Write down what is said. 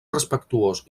respectuós